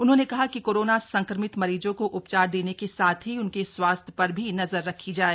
उन्होंने कहा कि कोरोना संक्रमित मरीजों को उपचार देने के साथ ही उनके स्वास्थ्य पर भी नज़र रखी जाए